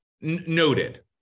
noted